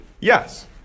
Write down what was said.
yes